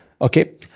Okay